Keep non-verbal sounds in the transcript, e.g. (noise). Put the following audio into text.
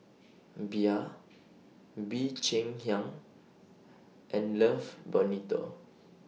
(hesitation) Bia Bee Cheng Hiang and Love Bonito